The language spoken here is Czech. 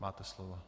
Máte slovo.